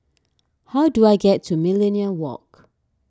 how do I get to Millenia Walk